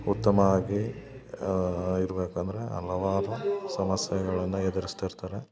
ಉತ್ತಮವಾಗಿ ಇರ್ಬೇಕಂದರೆ ಹಲವಾರು ಸಮಸ್ಯೆಗಳನ್ನ ಎದ್ರಸ್ತಿರ್ತಾರೆ